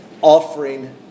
offering